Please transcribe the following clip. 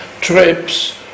trips